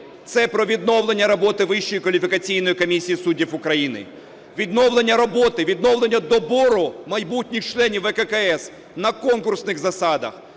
це про відновлення роботи Вищої кваліфікаційної комісії суддів України, відновлення роботи, відновлення добору майбутніх членів ВККС на конкурсних засадах.